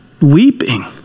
weeping